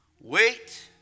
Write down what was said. Wait